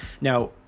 Now